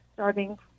Starting